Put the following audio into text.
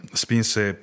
spinse